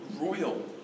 royal